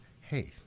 hey